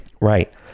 right